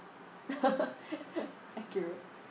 accurate